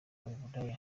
uburaya